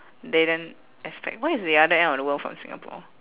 didn't expect what is the other end of the world from singapore